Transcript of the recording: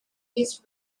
this